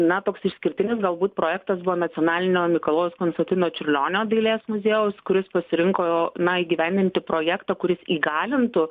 na toks išskirtinis galbūt projektas buvo nacionalinio mikalojaus konstantino čiurlionio dailės muziejaus kuris pasirinko na įgyvendinti projektą kuris įgalintų